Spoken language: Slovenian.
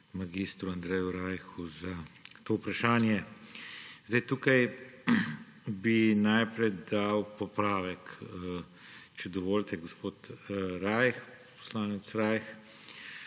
magistru Andreju Rajhu za to vprašanje. Tukaj bi najprej dal popravek, če dovolite, gospod poslanec Rajh.